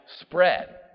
spread